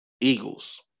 Eagles